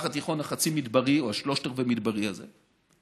התיכון החצי-מדברי או השלושת-רבעי-מדברי הזה.